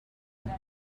would